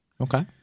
Okay